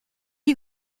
you